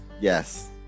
Yes